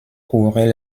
couvrait